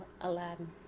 Aladdin